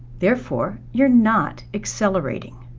therefore, you're not accelerating.